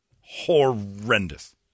Horrendous